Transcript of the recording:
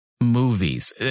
movies